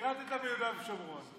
שירת ביהודה ושומרון.